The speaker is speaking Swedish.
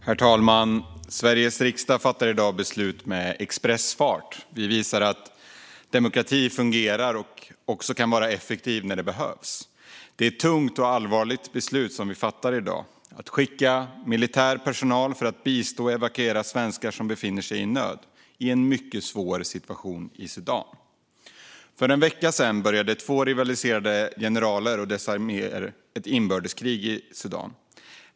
Herr talman! Sveriges riksdag fattar i dag beslut med expressfart. Vi visar att demokratin fungerar och också kan vara effektiv när det behövs. Det är ett tungt och allvarligt beslut vi fattar. Det handlar om att skicka militär personal för att bistå och evakuera svenskar som befinner sig i nöd i en mycket svår situation i Sudan. För en vecka sedan började två rivaliserande generaler och deras arméer ett inbördeskrig i Sudan.